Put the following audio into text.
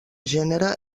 gènere